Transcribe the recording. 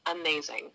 amazing